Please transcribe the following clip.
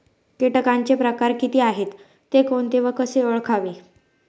किटकांचे प्रकार किती आहेत, ते कोणते व कसे ओळखावे?